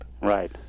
Right